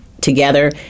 together